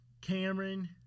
Cameron